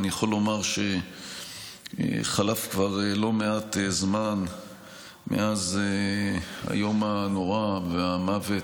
אני יכול לומר שחלף כבר לא מעט זמן מאז היום הנורא והמוות